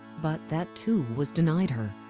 but that too was denied her.